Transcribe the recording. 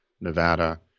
Nevada